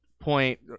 point